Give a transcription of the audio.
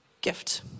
gift